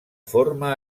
forma